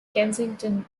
kensington